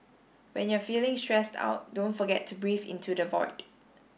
when you are feeling stressed out don't forget to breathe into the void